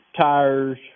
tires